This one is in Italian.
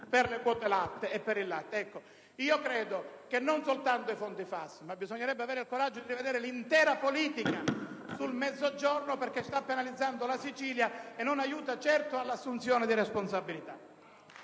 legge sulle quote latte. Credo che non soltanto i fondi FAS, ma bisognerebbe avere il coraggio di rivedere l'intera politica sul Mezzogiorno perché sta penalizzando la Sicilia e non aiuta certo l'assunzione di responsabilità.